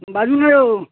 बाजु यौ